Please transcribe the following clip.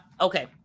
okay